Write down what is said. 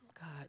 God